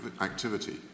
activity